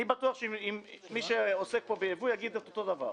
אני בטוח שמי שעוסק פה בייבוא יגיד את אותו דבר.